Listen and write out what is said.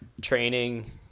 training